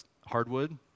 hardwood